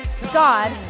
god